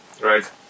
Right